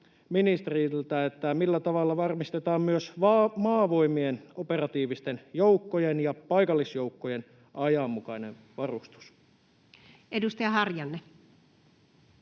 ministeriltä: millä tavalla varmistetaan myös Maavoimien operatiivisten joukkojen ja paikallisjoukkojen ajanmukainen varustus? [Speech 33]